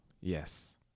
yes